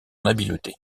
habileté